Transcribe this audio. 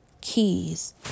keys